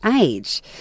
age